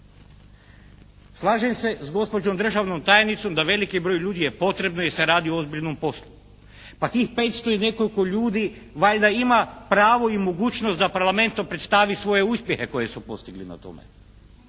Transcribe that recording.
Slažem se sa gospođom državnom tajnicom da veliki broj ljudi je potrebno jer se radi o ozbiljnom poslu. Pa tih 500 i nekoliko ljudi valjda ima pravo i mogućnost da Parlamentu predstavi svoje uspjehe koje su postigli na tome.